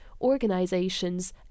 organizations